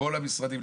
כל המשרדים,